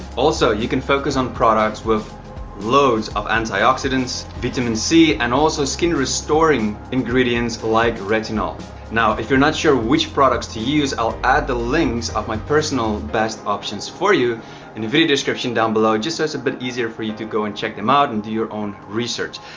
also you can focus on products with loads of antioxidants vitamin c and also skin restoring ingredients like retinol now if you're not sure which products to use i'll add the links of my personal best options for you in a video description down below just so it's a bit easier for you to go and check them out and do your own research.